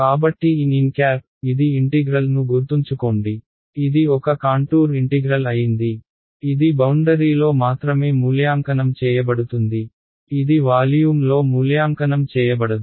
కాబట్టి nn ఇది integral ను గుర్తుంచుకోండి ఇది ఒక కాంటూర్ ఇంటిగ్రల్ అయింది ఇది బౌండరీలో మాత్రమే మూల్యాంకనం చేయబడుతుంది ఇది వాల్యూమ్ లో మూల్యాంకనం చేయబడదు